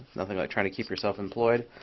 nothing like trying to keep yourself employed.